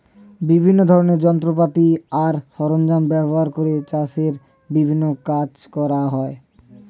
বিভিন্ন ধরনের যন্ত্রপাতি আর সরঞ্জাম ব্যবহার করে চাষের বিভিন্ন কাজ করা হয়